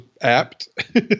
apt